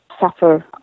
suffer